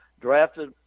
drafted